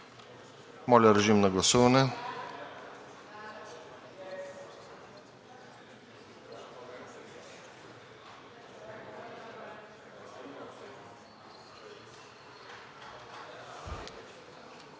Моля, режим на гласуване.